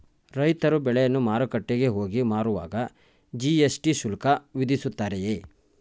ರೈತರು ಬೆಳೆಯನ್ನು ಮಾರುಕಟ್ಟೆಗೆ ಹೋಗಿ ಮಾರುವಾಗ ಜಿ.ಎಸ್.ಟಿ ಶುಲ್ಕ ವಿಧಿಸುತ್ತಾರೆಯೇ?